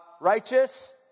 Righteous